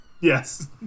Yes